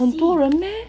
很多人 meh